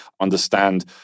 understand